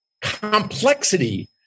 complexity